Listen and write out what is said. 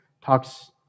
talks